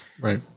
Right